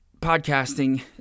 Podcasting